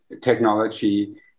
technology